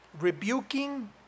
rebuking